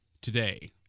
today